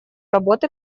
работы